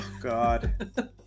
God